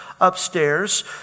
Upstairs